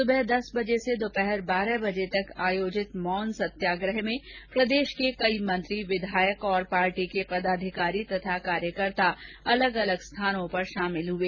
सुबह दस बजे से दोपहर बारह बजे तक आयोजित मौन सत्याग्रह में प्रदेश के कई मंत्री विधायक और पार्टी के पदाधिकारी और कार्यकर्ता अलग अलग स्थानों पर शामिल हुए